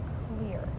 clear